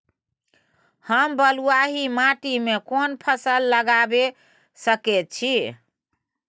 हम बलुआही माटी में कोन फसल लगाबै सकेत छी?